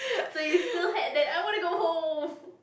so you still had that I want to go home